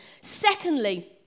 Secondly